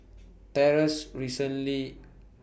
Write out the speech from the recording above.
Trace recently